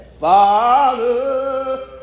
Father